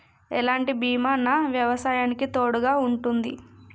ఎలాంటి బీమా నా వ్యవసాయానికి తోడుగా ఉంటుంది?